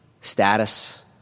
status